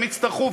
הם יצטרכו,